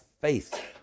faith